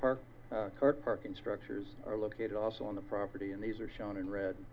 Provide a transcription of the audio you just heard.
park car parking structures are located also on the property and these are shown in re